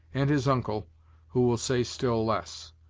and his uncle who will say still less.